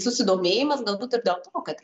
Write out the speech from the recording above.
susidomėjimas galbūt ir dėl to kad